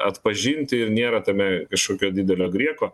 atpažinti ir nėra tame kažkokio didelio grieko